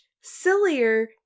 sillier